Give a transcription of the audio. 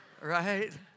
right